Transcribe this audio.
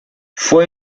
fue